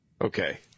Okay